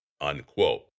unquote